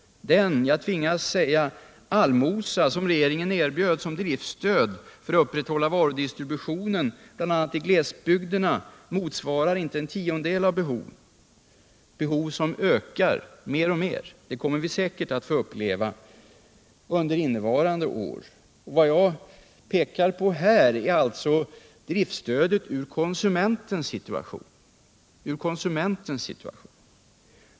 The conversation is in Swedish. Den allmosa — jag tvingas kalla det så — som regeringen erbjöd som driftstöd för att upprätthålla varudistributionen bl.a. i glesbygderna motsvarar inte en tiondel av behoven — behov som ökar mer och mer; det kommer vi säkerligen att få uppleva under innevarande år. Vad jag här talar om är driftstödet ur konsumentens synpunkt.